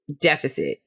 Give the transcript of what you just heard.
deficit